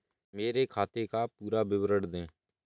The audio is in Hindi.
मेरे खाते का पुरा विवरण दे?